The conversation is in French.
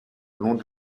long